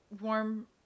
warm